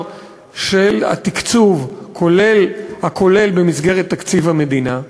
של התקצוב הכולל במסגרת תקציב המדינה.